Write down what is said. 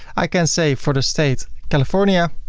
i can say for the state california,